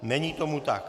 Není tomu tak.